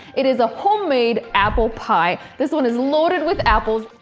it is a homemade apple pie. this one is loaded with apples.